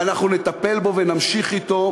ואנחנו נטפל בו ונמשיך אתו,